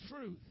truth